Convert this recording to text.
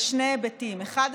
בשני היבטים: האחד,